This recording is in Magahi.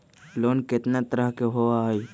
लोन केतना तरह के होअ हई?